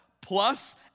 plus